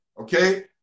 Okay